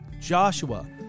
Joshua